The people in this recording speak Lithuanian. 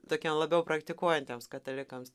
tokiem labiau praktikuojantiems katalikams